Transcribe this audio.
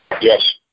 Yes